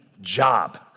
job